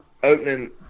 Opening